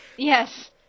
Yes